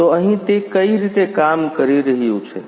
તો અહીં તે કઈ રીતે કામ કરી રહ્યું છે